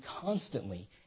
constantly